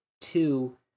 two